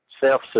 Self